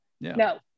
No